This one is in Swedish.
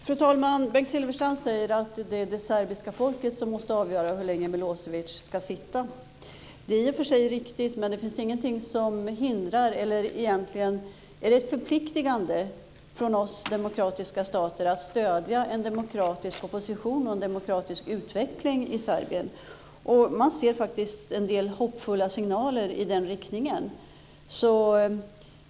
Fru talman! Bengt Silfverstrand säger att det är det serbiska folket som måste avgöra hur länge Milosevic ska sitta vid makten. Det är i och för sig riktigt. Det är ett förpliktigande från oss demokratiska stater att stödja en demokratisk opposition och en demokratisk utveckling i Serbien. Det finns en del hoppfulla signaler i den riktningen.